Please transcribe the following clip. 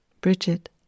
Bridget